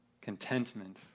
contentment